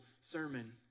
sermon